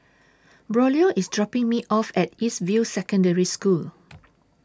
Braulio IS dropping Me off At East View Secondary School